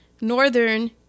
northern